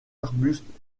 arbustes